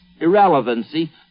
irrelevancy